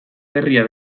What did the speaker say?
berria